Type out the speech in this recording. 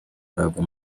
ruhago